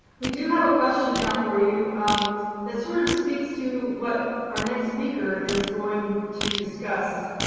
we do have a question now for you um that sort of speaks to what our next speaker is going to discuss.